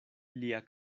lia